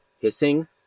hissing